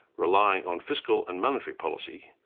relying on fiscal and monetary policy,